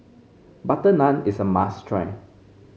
butter naan is a must try